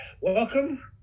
Welcome